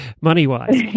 money-wise